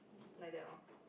like that orh